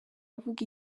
avuga